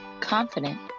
confident